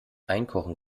einkochen